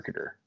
marketer